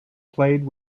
played